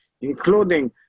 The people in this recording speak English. including